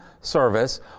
service